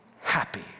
happy